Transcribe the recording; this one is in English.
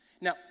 Now